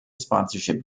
sponsorship